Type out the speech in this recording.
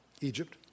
Egypt